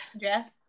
Jeff